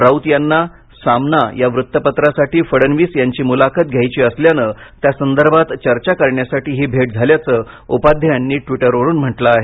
राउत यांना सामना या वृत्तपत्रासाठी फडणवीस यांची मुलाखत घ्यायची असल्याने त्यासंदर्भात चर्चा करण्यासाठी ही भेट झाल्याचं उपाध्ये यांनी ट्विटरवरून म्हटलं आहे